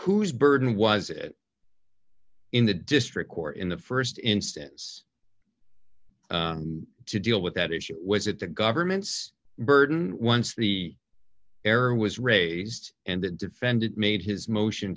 whose burden was it in the district court in the st instance to deal with that issue was it the government's burden once the error was raised and the defendant made his motion